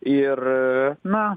ir na